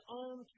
own